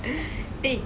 right